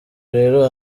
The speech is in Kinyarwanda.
rero